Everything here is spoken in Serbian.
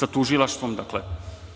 sa Tužilaštvom, dakle